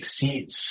exceeds